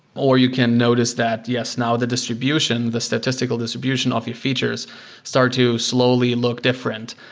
or you can notice that, yes, now the distribution, the statistical distribution of your features start to slowly look different,